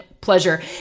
pleasure